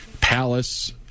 palace